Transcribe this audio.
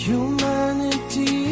Humanity